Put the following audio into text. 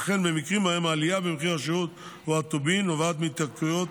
וכן מקרים שבהם העלייה במחיר השירות או הטובין נובעת מהתייקרות